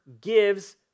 gives